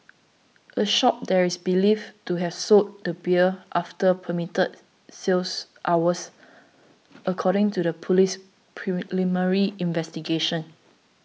a shop there is believed to have sold the beer after permitted sales hours according to the police's preliminary investigations